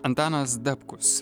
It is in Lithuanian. antanas dapkus